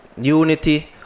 Unity